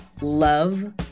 love